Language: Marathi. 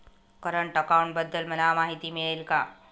करंट अकाउंटबद्दल मला माहिती मिळेल का?